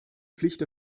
pflicht